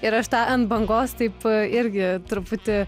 ir aš tą ant bangos taip irgi truputį